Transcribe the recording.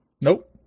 Nope